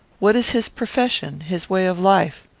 what is his profession his way of life?